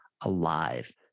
alive